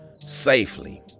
safely